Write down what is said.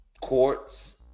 courts